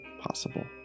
possible